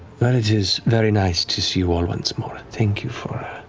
well, it is very nice to see you all once more. thank you for